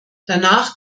danach